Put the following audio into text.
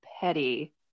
petty